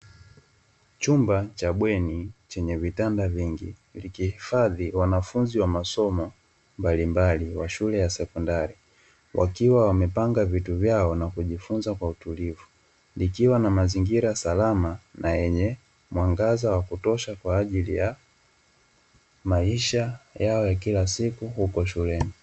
Chumba cha bweni chenye vitanda vingi, likihifadhi wanafunzi wa masomo mbalimbali wa shule ya sekondari wakiwa wamepanga vitu vyao na kujifunza kwa utulivu. Likiwa na mazingira salama na yenye mwangaza wa kutosha kwa ajili ya maisha yao ya kila siku huko shuleni.